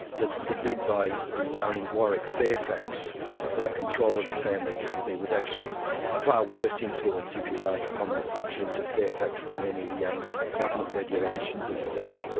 the the bid by the young warwick fairfax for control of the family company was actually a far worse influence, if you like, on the fortunes of fairfax than any um government regulations of the day.